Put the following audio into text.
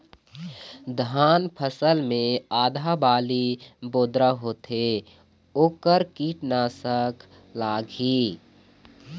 धान फसल मे आधा बाली बोदरा होथे वोकर कीटनाशक का लागिही?